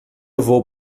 vou